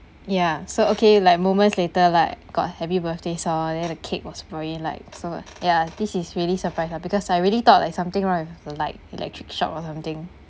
ya so okay like moments later lah got happy birthday song and then the cake was brought in like so ya this is really surprised ah because I really thought like something wrong with the light electric shock or something